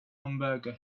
hamburger